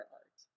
art